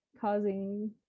causing